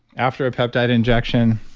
after a peptide injection,